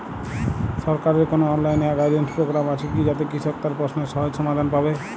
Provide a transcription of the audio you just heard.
সরকারের কোনো online guidance programme আছে কি যাতে কৃষক তার প্রশ্নের সহজ সমাধান পাবে?